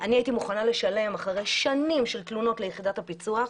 אני הייתי מוכנה לשלם אחרי שנים של תלונות ליחידת הפיצו"ח,